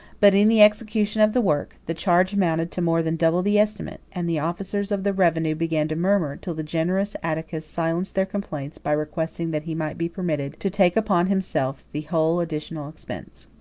but in the execution of the work, the charge amounted to more than double the estimate, and the officers of the revenue began to murmur, till the generous atticus silenced their complaints, by requesting that he might be permitted to take upon himself the whole additional expense.